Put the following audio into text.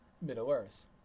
Middle-earth